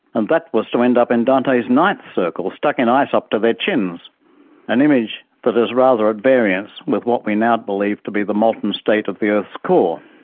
and that was to end up in dante's ninth circle, stuck in ice up to their chins an image that is rather at variance with what we now believe to be molten state of the earth's core.